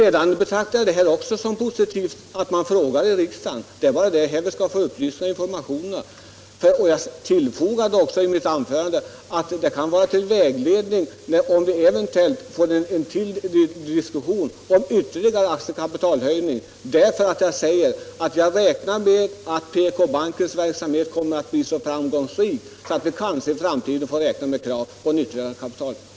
Jag betraktar det också som positivt att man frågar i riksdagen. Det är här vi skall ha upplysningar och informationer. Jag tillfogade också i mitt anförande att de kan vara till vägledning för den händelse vi senare skulle få en diskussion om en ytterligare aktiekapitalhöjning. Jag räknar nämligen med att PK-bankens verksamhet kommer att bli så framgångs rik att vi i framtiden kan få krav på ytterligare kapital.